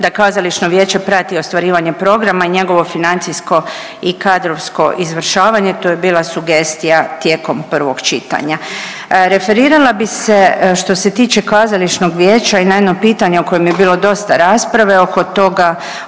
da kazališno vijeće prati ostvarivanje programa i njegovo financijsko i kadrovsko izvršavanje, to je bila sugestija tijekom prvog čitanja. Referirala bi se, što se tiče kazališnog vijeća i na jedno pitanje o kojem je bilo dosta rasprave oko toga,